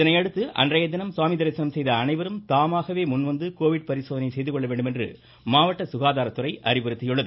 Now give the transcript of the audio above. இதனையடுத்து அன்றையதினம் தரிசனம் செய்த அனைவரும் தாமாகவே முன்வந்து கோவிட் பரிசோதனை செய்துகொள்ள வேண்டுமென மாவட்ட சுகாதாரத்துறை அறிவுறுத்தியுள்ளது